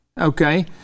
okay